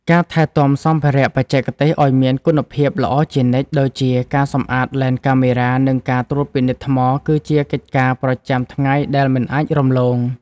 ការថែទាំសម្ភារៈបច្ចេកទេសឱ្យមានគុណភាពល្អជានិច្ច ដូចជាការសម្អាតឡេនកាមេរ៉ា និងការត្រួតពិនិត្យថ្ម គឺជាកិច្ចការប្រចាំថ្ងៃដែលមិនអាចរំលង។